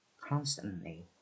Constantly